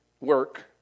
work